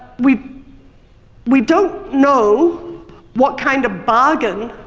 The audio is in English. we we don't know what kind of bargain